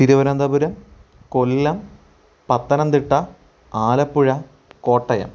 Thiruvananthapuram Kollam Pathanamthitta Alappuzha Kottayam